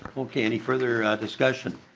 any further discussion?